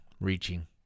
Reaching